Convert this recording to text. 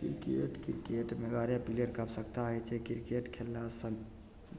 cricket क्रिकेटमे एगारह प्लेयरके आवश्यकता होइ छै क्रिकेट खेललासँ